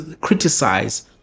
criticize